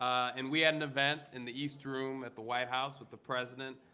and we had an event in the east room at the white house with the president,